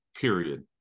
Period